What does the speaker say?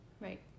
Right